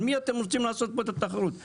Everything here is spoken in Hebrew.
על מי אתם רוצים לעשות פה את התחרות?